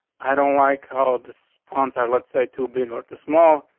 i don't like how this sponsor, let's say too big or too small,